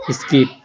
skip